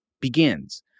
begins